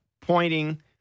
pointing